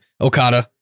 Okada